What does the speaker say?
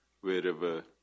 wherever